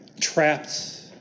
trapped